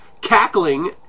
cackling